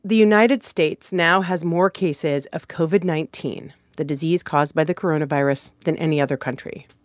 the united states now has more cases of covid nineteen, the disease caused by the coronavirus than any other country.